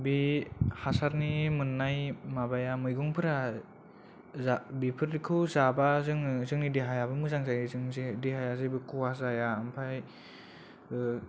बे हासारनि मोननाय माबाया मैगंफोरा बेफोरखौ जाबा जोङो जोंनि देहायाबो मोजां जायो जों जे देहाया जेबो खहा जाया ओमफ्राय